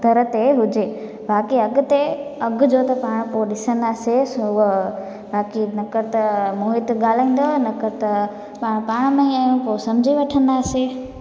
दर ते हुजे बाक़ी अॻिते अघ जो त तव्हां पोइ ॾिसंदासीं सो उहा बाक़ी त मोहित ॻाल्हाईंदो न त तव्हां पाण में ई पोइ सम्झी वठंदासीं